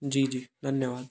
जी जी धन्यवाद